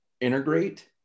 integrate